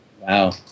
Wow